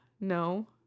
No